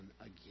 again